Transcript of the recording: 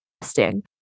testing